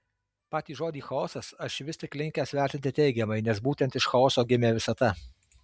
patį žodį chaosas aš vis tik linkęs vertinti teigiamai nes būtent iš chaoso gimė visata